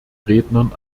rednern